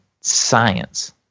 science